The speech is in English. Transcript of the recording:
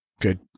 good